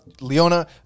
Leona